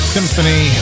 Symphony